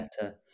better